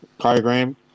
program